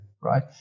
right